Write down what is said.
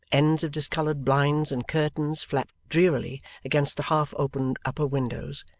ends of discoloured blinds and curtains flapped drearily against the half-opened upper windows,